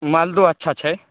मालदहो अच्छा छै